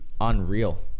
unreal